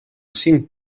cinc